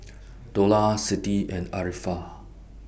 Dollah Siti and Arifa